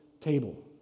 table